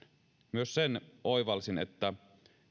myös sen oivalsin että